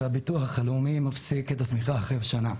אבל הביטוח הלאומי מפסיק את התמיכה אחרי שנה.